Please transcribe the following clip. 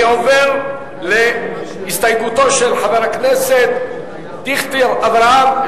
אני עובר להסתייגותו של חבר הכנסת דיכטר אברהם.